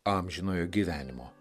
amžinojo gyvenimo